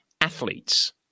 athletes